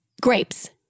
Grapes